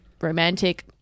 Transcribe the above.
romantic